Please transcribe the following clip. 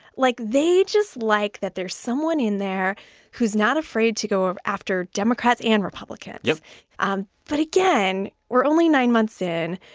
like, they just like that there's someone in there who's not afraid to go um after democrats and republicans yeah um but again, we're only nine months in.